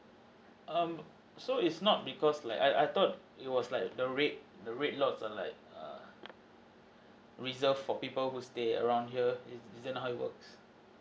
um so it's not because like I I thought it was like the red the red lots are like err reserved for people who stay around here is isn't how it work